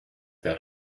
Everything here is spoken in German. der